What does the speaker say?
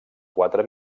quatre